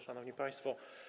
Szanowni Państwo!